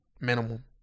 minimum